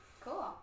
Cool